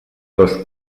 dos